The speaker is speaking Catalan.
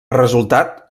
resultat